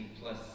plus